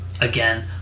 again